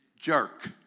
Jerk